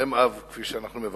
מנחם אב, כפי שאנחנו מברכים,